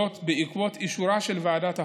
זאת בעקבות אישורה של ועדת החוקה,